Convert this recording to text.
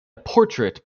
portrait